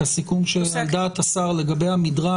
את הסיכום שעל דעת השר לגבי המדרג.